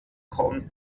kommt